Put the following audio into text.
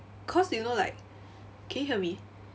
cause you know like can you hear me